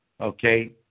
okay